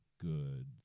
good